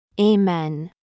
Amen